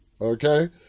okay